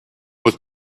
with